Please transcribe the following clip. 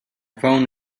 phone